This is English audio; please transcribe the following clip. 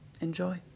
Enjoy